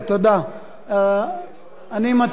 אני מציע שתתחיל,